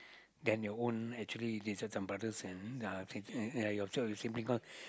than your own actually sisters and brothers and uh your your sibling cause